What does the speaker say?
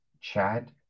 Chad